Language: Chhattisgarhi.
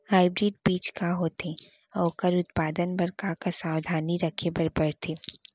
हाइब्रिड बीज का होथे अऊ ओखर उत्पादन बर का का सावधानी रखे बर परथे?